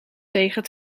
tegen